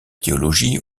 théologie